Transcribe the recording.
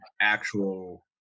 actual